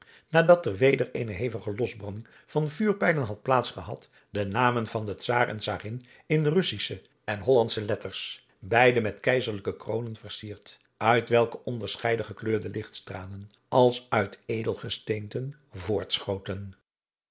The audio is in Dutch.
nadat er weder eene hevige losbranding van vuurpijlen had plaats gehad de namen van de czaar en czarin in russische en hollandsche letters beide met keizerlijke kroonen versierd uit welke onderscheiden gekleurde lichtstralen als uit edelgesteenten voortschoten